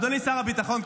אדוני שר הביטחון,